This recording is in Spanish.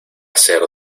ser